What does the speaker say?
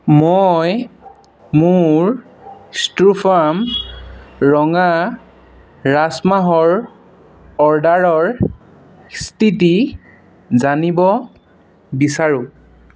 মই মোৰ ষ্ট্ৰুফাৰ্ম ৰঙা ৰাজমাহৰ অৰ্ডাৰৰ স্থিতি জানিব বিচাৰোঁ